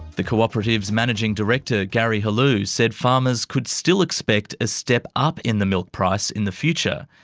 the cooperative's managing director gary helou said farmers could still expect a step up in the milk price in the future.